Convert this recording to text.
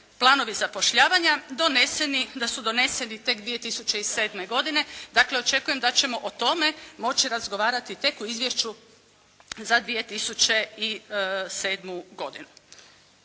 planovi zapošljavanja doneseni, da su doneseni tek 2007. godine. Dakle očekujem da ćemo o tome moći razgovarati tek u izvješću za 2007. godinu.